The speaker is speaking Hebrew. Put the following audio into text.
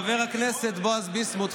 חבר הכנסת בועז ביסמוט,